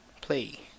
Play